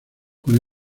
con